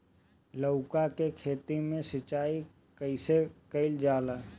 लउका के खेत मे सिचाई कईसे कइल जाला?